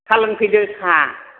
साहा लोंफैदो साह